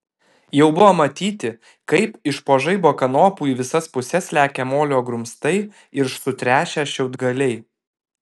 jau buvo matyti kaip iš po žaibo kanopų į visas puses lekia molio grumstai ir sutrešę šiaudgaliai